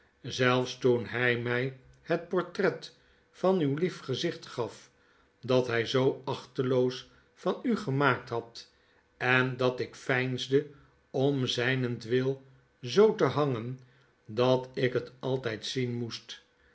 zelfs toen hy my het portret van uw lief gezicht gaf dat hy zoo achteloos van u gemaakt had en dat ik veinsde om zynentwil zoo te hangen dat ik het altyd zien moest